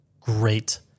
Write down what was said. great